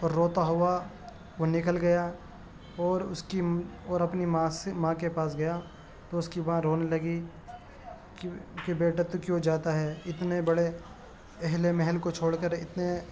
اور روتا ہوا وہ نکل گیا اور اس کی اور اپنی ماں سے ماں کے پاس گیا تو اس کی ماں رونے لگی کہ بیٹا تو کیوں جاتا ہے اتنے بڑے اہل محل کو چھوڑ کر اتنے